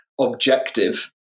objective